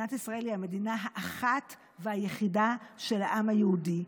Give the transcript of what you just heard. מדינת ישראל היא המדינה האחת והיחידה של העם היהודי.